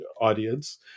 audience